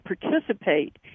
participate